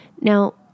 Now